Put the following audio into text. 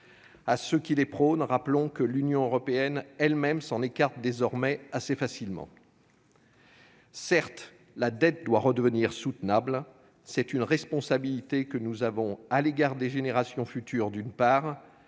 À ceux qui les prônent, rappelons que l'Union européenne elle-même s'en écarte désormais assez facilement. Certes, la dette doit redevenir soutenable. C'est une responsabilité que nous avons à l'égard des générations futures, d'une part